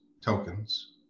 tokens